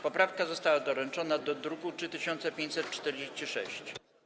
Poprawka została doręczona do druku nr 3546.